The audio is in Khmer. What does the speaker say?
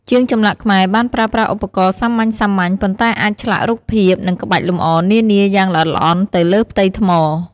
ជាងចម្លាក់ខ្មែរបានប្រើប្រាស់ឧបករណ៍សាមញ្ញៗ ប៉ុន្តែអាចឆ្លាក់រូបភាព និងក្បាច់លម្អនានាយ៉ាងល្អិតល្អន់ទៅលើផ្ទៃថ្ម។